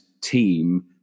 team